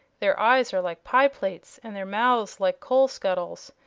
their eyes are like pie-plates and their mouths like coal-scuttles.